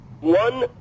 one